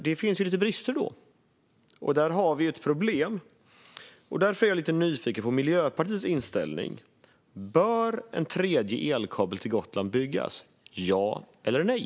Det finns lite brister, och där har vi ett problem. Jag är därför nyfiken på Miljöpartiets inställning. Bör en tredje elkabel till Gotland byggas? Ja eller nej?